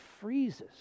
freezes